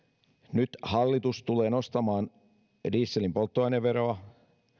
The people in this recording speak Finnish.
nyt hallitus tulee nostamaan dieselin polttoaineveroa